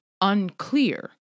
unclear